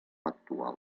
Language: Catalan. actual